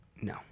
No